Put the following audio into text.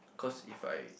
cause if I